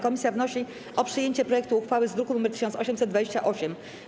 Komisja wnosi o przyjęcie projektu uchwały z druku nr 1828.